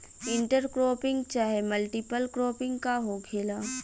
Inter cropping चाहे multiple cropping का होखेला?